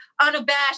unabashed